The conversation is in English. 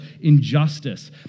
injustice